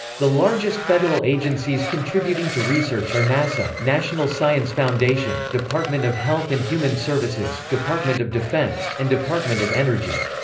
the largest federal agencies contributing to research are nasa, national science foundation, department of health and human services, department of defense, and department of energy.